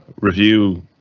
review